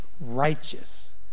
righteous